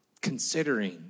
considering